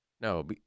No